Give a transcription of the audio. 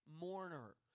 mourner